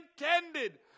intended